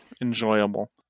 enjoyable